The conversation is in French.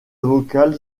vocal